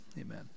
amen